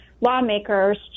lawmakers